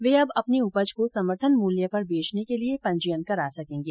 वे अब अपनी उपज को समर्थन मूल्य पर बेचने के लिये पंजीयन करा सकेंगे